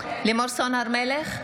לימור סון הר מלך,